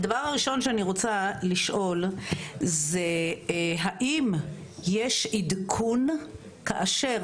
הדבר הראשון שאני רוצה לשאול זה האם יש עדכון כאשר